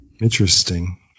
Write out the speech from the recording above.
interesting